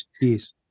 Yes